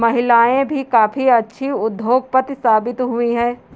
महिलाएं भी काफी अच्छी उद्योगपति साबित हुई हैं